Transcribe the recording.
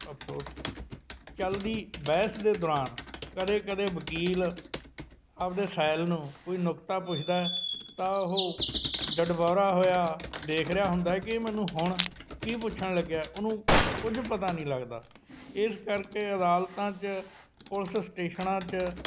ਅਫਸੋਸ ਚਲਦੀ ਬਹਿਸ ਦੇ ਦੌਰਾਨ ਕਦੇ ਕਦੇ ਵਕੀਲ ਆਪਣੇ ਸੈਲ ਨੂੰ ਕੋਈ ਨੁਕਤਾ ਪੁੱਛਦਾ ਤਾਂ ਉਹ ਡਡਬਾਰਾ ਹੋਇਆ ਦੇਖ ਰਿਹਾ ਹੁੰਦਾ ਕਿ ਮੈਨੂੰ ਹੁਣ ਕੀ ਪੁੱਛਣ ਲੱਗਿਆ ਉਹਨੂੰ ਕੁਝ ਪਤਾ ਨਹੀਂ ਲੱਗਦਾ ਇਸ ਕਰਕੇ ਅਦਾਲਤਾਂ 'ਚ ਪੁਲਸ ਸਟੇਸ਼ਨਾਂ 'ਚ